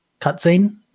cutscene